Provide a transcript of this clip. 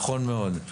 נכון מאוד.